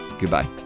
goodbye